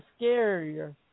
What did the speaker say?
scarier